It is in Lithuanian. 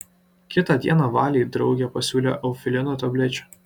kitą dieną valei draugė pasiūlė eufilino tablečių